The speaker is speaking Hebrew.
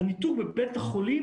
הניתור בבית החולים,